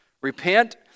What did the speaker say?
Repent